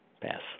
Pass